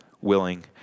willing